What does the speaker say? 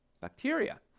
bacteria